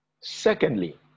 Secondly